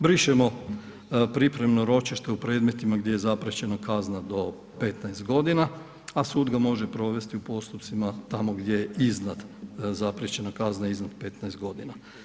Brišemo pripremno ročište u predmetima gdje je zapriječena kazna do 15 godina, a sud ga može provesti u postupcima tamo gdje je iznad, zapriječena kazna iznad 15 godina.